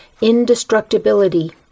indestructibility